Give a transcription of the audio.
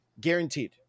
Guaranteed